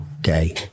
day